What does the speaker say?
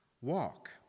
walk